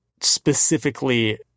specifically